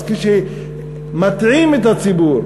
אז כשמטעים את הציבור,